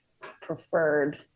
preferred